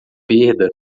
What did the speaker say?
perda